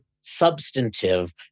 substantive